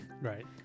Right